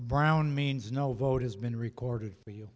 brown means no vote has been recorded for you